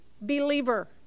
believer